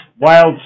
wild